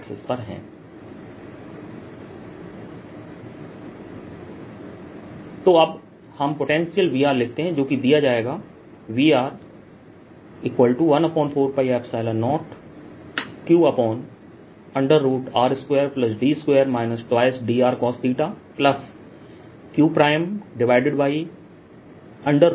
r dzr2d2 2rdcosθ r dzr2d2 2rdcosθ तो अब हम पोटेंशियल V लिखते हैं जो दिया जाएगाVr14π0qr2d2 2drcosθqr2d2 2rdcosθ